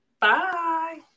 Bye